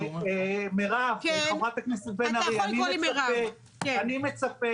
חברת הכנסת בן ארי, אני מצפה